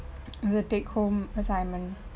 the take home assignment